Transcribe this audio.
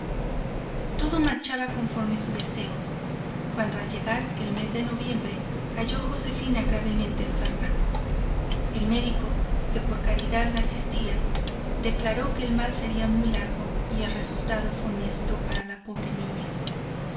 todo marchaba conforme su deseo cuando al llegar el mes de noviembre cayó josefina gravemente enferma el médico que por caridad la asistía declaró que el mal sería muy largo y el resultado funesto para la pobre niña